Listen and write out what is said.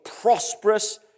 prosperous